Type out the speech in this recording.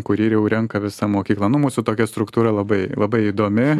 kurį jau renka visa mokykla nu mūsų tokia struktūra labai labai įdomi